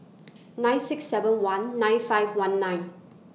nine six seven one nine five one nine